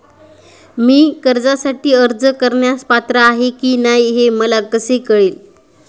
मी कर्जासाठी अर्ज करण्यास पात्र आहे की नाही हे मला कसे कळेल?